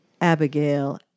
Abigail